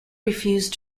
refused